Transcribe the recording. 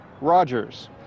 Rogers